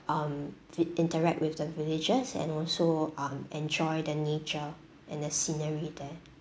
um in~ interact with the villagers and also um enjoy the nature and the scenery there